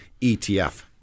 ETF